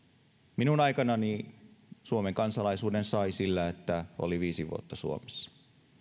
minun aikanani suomen kansalaisuuden sai sillä että oli viisi vuotta suomessa